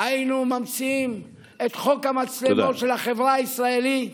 היינו ממציאים את חוק המצלמות של החברה הישראלית,